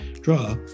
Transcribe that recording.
draw